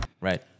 Right